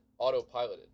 autopiloted